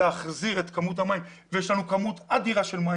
להחזיר את כמות המים - ויש לנו כמות אדירה שלמים